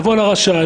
יבוא לרשם,